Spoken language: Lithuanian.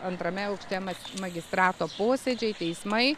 antrame aukšte ma magistrato posėdžiai teismai